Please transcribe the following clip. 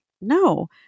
no